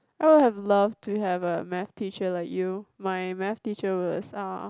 I would have loved to have a math teacher like you my math teacher was uh